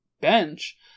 bench